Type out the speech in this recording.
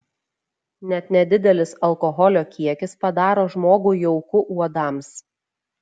net nedidelis alkoholio kiekis padaro žmogų jauku uodams